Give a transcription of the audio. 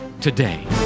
today